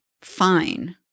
fine